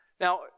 Now